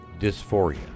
dysphoria